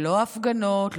ללא הפגנות,